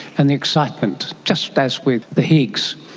and the excitement, just as with the higgs,